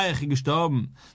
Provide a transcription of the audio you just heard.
gestorben